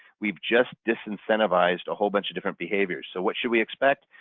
we've just disincentivized a whole bunch of different behaviors. so what should we expect?